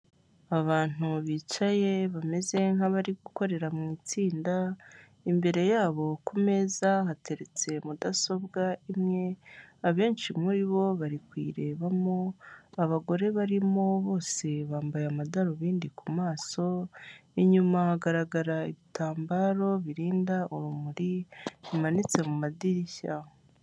Abantu bicaye bameze nk'abari gukorera mu itsinda, imbere yabo ku meza hateretse mudasobwa imwe, abenshi muri bo bari kuyirebamo. Abagore barimo bose bambaye amadarubindi ku maso, inyuma hagaragara ibitambaro birinda urumuri bimanitse mu madirishya.